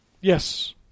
Yes